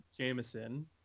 Jameson